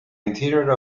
interior